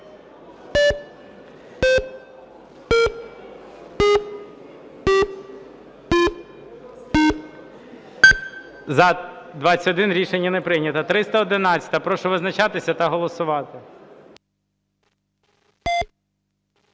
За-21 Рішення не прийнято. 311-а. Прошу визначатися та голосувати.